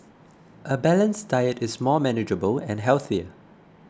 a balanced diet is much more manageable and healthier